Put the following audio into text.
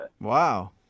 Wow